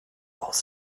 aus